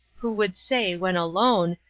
who would say, when alone,